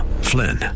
Flynn